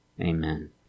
amen